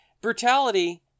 Brutality